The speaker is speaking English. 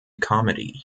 comedy